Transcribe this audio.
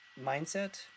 mindset